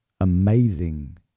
amazing